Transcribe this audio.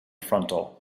frontal